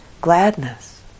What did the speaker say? gladness